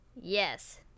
Yes